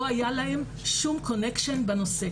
לא היה להם שום קשר בנושא.